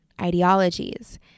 ideologies